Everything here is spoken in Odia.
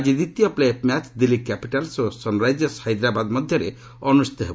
ଆକି ଦ୍ୱିତୀୟ ପ୍ଲେଅପ୍ ମ୍ୟାଚ୍ ଦିଲ୍ଲୀ କ୍ୟାପିଟାଲ୍ମ ଓ ସନ୍ରାଇଜର୍ସ ହାଇଦ୍ରାବାଦ୍ ମଧ୍ୟରେ ଅନୁଷ୍ଠିତ ହେବ